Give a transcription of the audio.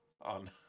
on